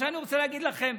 עכשיו אני רוצה להגיד לכם,